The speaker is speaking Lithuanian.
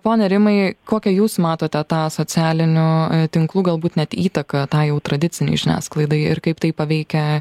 pone rimai kokią jūs matote tą socialinių tinklų galbūt net įtaką tą jau tradicinei žiniasklaidai ir kaip tai paveikia